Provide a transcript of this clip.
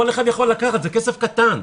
כל אחד יכול לקחת, זה כסף קטן.